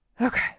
Okay